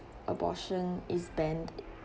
abortion is banned